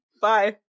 bye